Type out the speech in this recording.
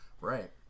Right